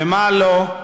ומה לא.